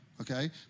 okay